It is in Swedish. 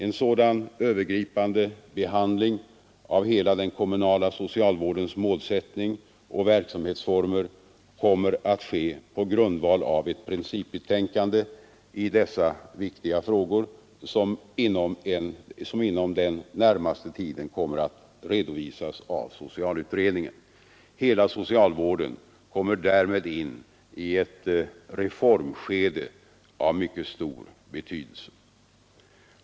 En sådan övergripande behandling av hela den kommunala socialvårdens målsättning och verksamhetsformer kommer att ske på grundval av ett principbetänkande i dessa viktiga frågor som inom den närmaste tiden kommer att redovisas av socialutredningen. Hela socialvården kommer därmed in i ett reformskede av mycket stor betydelse.